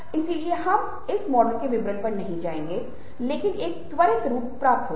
इसलिए हम इस मॉडल के विवरण पर नहीं जाएंगे लेकिन एक त्वरित रूप पर्याप्त होगा